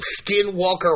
skinwalker